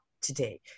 today